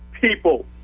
people